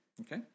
okay